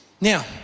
Now